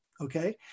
Okay